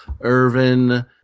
Irvin